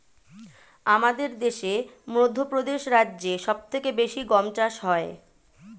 আমাদের দেশে মধ্যপ্রদেশ রাজ্যে সব থেকে বেশি গম চাষ হয়